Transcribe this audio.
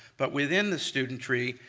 but within the student tree,